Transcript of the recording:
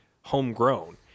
homegrown